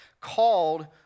called